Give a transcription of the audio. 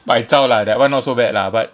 but I zao lah that [one] not so bad lah but